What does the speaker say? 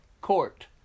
court